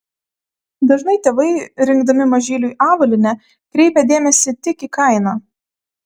dažnai tėvai rinkdami mažyliui avalynę kreipia dėmesį tik į kainą